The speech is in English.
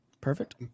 Perfect